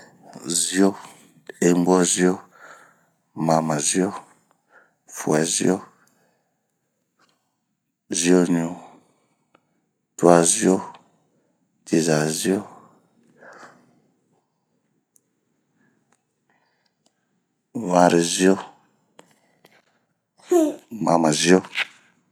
Zio, inbozio, mamazio, fuɛzio, zioɲu, tuazio, cizazio ............vanrezio.......mamazio